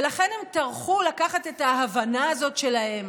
ולכן הם טרחו לקחת את ההבנה הזאת שלהם